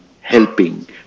helping